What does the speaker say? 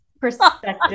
perspective